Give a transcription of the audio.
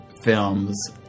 films